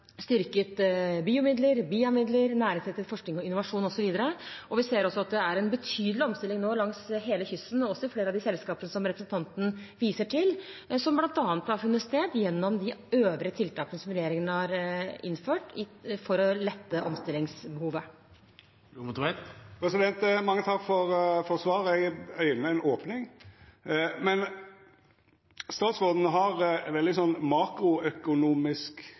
styrket BIO-midler, BIA-midler, næringsrettet forskning og innovasjon osv. Vi ser også at det er en betydelig omstilling nå langs hele kysten og også i flere av de selskapene som representanten viser til, som bl.a. har funnet sted gjennom de øvrige tiltakene som regjeringen har innført for å lette omstillingsbehovet. Mange takk for svaret. Eg øygnar ei opning. Men statsråden har ei veldig sånn makroøkonomisk